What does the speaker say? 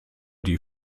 die